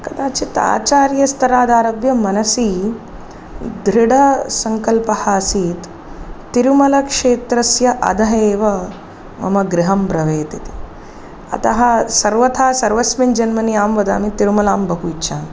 कदाचित् आचार्यस्तरादारभ्य मनसि दृढसङ्कल्पः आसीत् तिरुमलक्षेत्रस्य अधः एव मम गृहं भवेत् इति अतः सर्वथा सर्वस्मिन् जन्मनि अहं वदामि तिरुमलां बहु इच्छामि